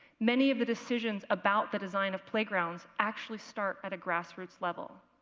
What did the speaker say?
many of the decisions about the design of playgrounds actually start at a grassroots level.